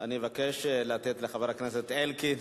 מבקש לתת לחבר הכנסת אלקין